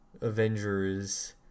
Avengers